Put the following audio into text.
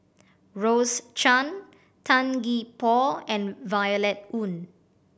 Rose Chan Tan Gee Paw and Violet Oon